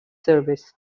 service